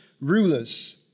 rulers